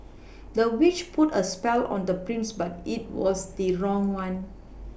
the witch put a spell on the prince but it was the wrong one